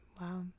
Wow